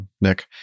Nick